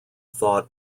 thought